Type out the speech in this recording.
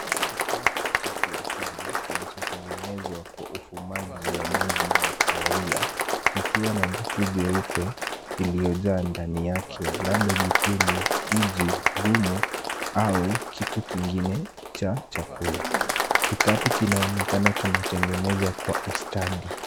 Kikapu cha kiasili kilichotengenezwa kwa ufumaji wa nyuzi za kahawia. Kikiwa na dutu jeupe iliyojaa ndani yake. Labda jipini, uji ngumu au kitu kingine cha chakula. Kikapu kinaonekana kimetengenezwa kwa ustadi.